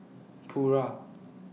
Pura